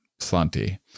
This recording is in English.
plenty